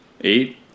eight